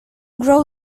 grow